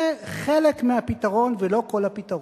זה חלק מהפתרון, ולא כל הפתרון,